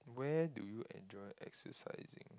where do you enjoy exercising